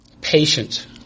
patient